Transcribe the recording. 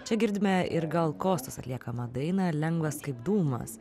čia girdime ir gal kostos atliekamą dainą lengvas kaip dūmas